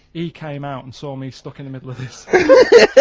he came out and saw me stuck in the middle of this.